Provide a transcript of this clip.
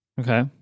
Okay